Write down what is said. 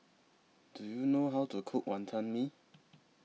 Do YOU know How to Cook Wonton Mee